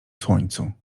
słońcu